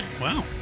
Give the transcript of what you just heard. Wow